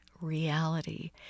reality